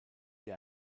der